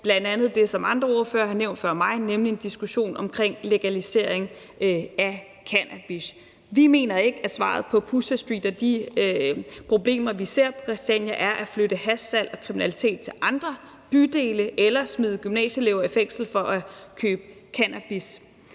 bl.a. det, som andre ordførere har nævnt før mig, nemlig en diskussion omkring en legalisering af cannabis. Vi mener ikke, at svaret på Pusher Street og de problemer, vi ser på Christiania, er at flytte hashsalget og kriminaliteten til andre bydele eller smide gymnasieelever i fængsel for at købe cannabis.